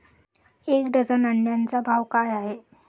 एक डझन अंड्यांचा भाव काय आहे?